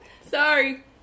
Sorry